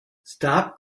stop